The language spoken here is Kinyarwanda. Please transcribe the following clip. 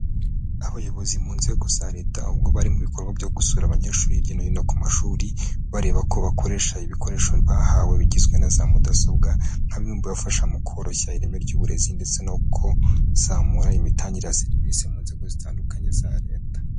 Abayobozi mu nzego za Leta, ubwo bari mu bikorwa byo gusura abanyeshuri hirya no hino ku mashuri, bareba ko bakoresha ibikoresho bahawe bigizwe na za mudasobwa, nka bimwe mubibafasha mu koroshya ireme ry'uburezi ndetse no kuzamura imitangire ya serivisi mu nzego zitandukanye za Leta.